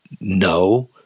No